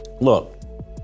Look